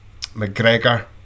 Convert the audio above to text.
McGregor